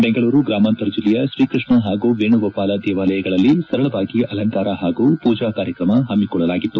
ಬೆಂಗಳೂರು ಗ್ರಾಮಾಂತರ ಜಿಲ್ಲೆಯ ಶ್ರೀ ಕೃಷ್ಣ ಹಾಗೂ ವೇಣುಗೋಪಾಲ ದೇವಾಲಯಗಳಲ್ಲಿ ಸರಳವಾಗಿ ಅಲಂಕಾರ ಹಾಗೂ ಪೂಜಾ ಕಾರ್ಯಕ್ರಮ ಹಮ್ಮಿಕೊಳ್ಳಲಾಗಿತ್ತು